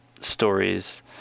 stories